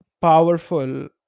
powerful